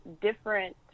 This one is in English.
different